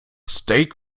steak